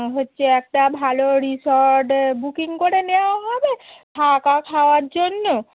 হচ্ছে একটা ভালো রিসোর্ট বুকিং করে নেওয়াও হবে থাকা খাওয়ার জন্য